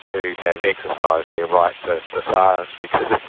who have exercised their right to to silence, because